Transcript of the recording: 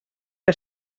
que